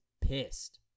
pissed